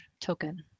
token